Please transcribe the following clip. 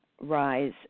rise